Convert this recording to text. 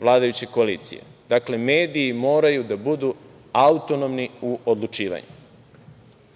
vladajuće koalicije. Dakle, mediji moraju da budu autonomni u odlučivanju. Nemojmo